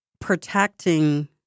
protecting